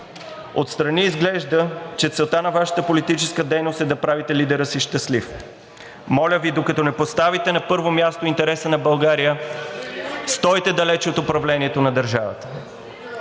отстрани изглежда, че целта на Вашата политическа дейност е да правите лидера си щастлив. Моля Ви, докато не поставите на първо място интереса на България, стойте далеч от управлението на държавата.